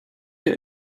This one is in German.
der